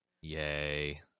Yay